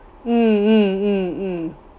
mm mm mm